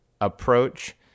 approach